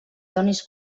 donis